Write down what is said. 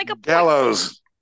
gallows